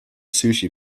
sushi